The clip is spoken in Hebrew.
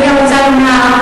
אני גם רוצה לומר,